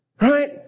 Right